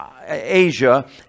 asia